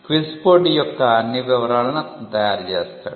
quiz పోటీ యొక్క అన్ని వివరాలను అతను తయారు చేస్తాడు